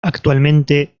actualmente